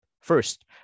First